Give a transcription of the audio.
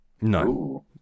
No